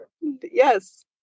yes